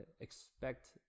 expect